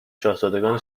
شاهزادگان